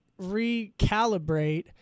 recalibrate